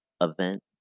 event